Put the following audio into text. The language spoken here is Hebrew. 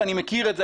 ואני מכיר את זה,